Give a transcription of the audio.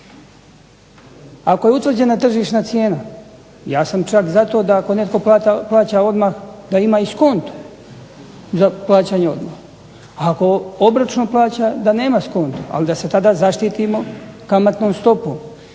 ako je utvrđena tržišna cijena, ja sam čak za to da ako netko plaća odmah da ima i skonto za plaćanje odmah, ako obročno plaća da nema skonto, ali da se tada zaštitimo kamatnom stopom,